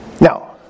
Now